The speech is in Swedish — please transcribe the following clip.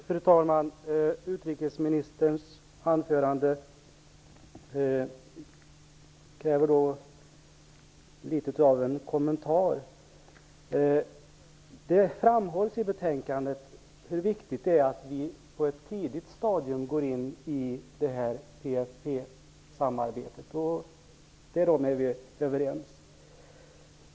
Fru talman! Utrikeministerns anförande kräver något av en kommentar. I betänkandet framhålls hur viktigt det är att på ett tidigt stadium gå in i PFF-samarbetet. Därom är vi överens.